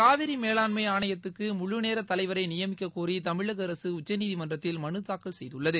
காவிரி மேலாண்மை ஆணையத்துக்கு முழுநேர தலைவரை நியமிக்கக்கோரி தமிழக அரசு உச்சநீதிமன்றத்தில் மனு தாக்கல் செய்துள்ளது